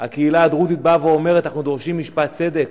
הקהילה הדרוזית באה ואומרת: אנחנו דורשים משפט צדק,